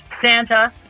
Santa